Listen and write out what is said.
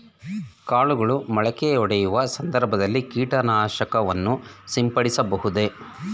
ಕಾಳುಗಳು ಮೊಳಕೆಯೊಡೆಯುವ ಸಂದರ್ಭದಲ್ಲಿ ಕೀಟನಾಶಕವನ್ನು ಸಿಂಪಡಿಸಬಹುದೇ?